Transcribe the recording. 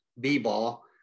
B-ball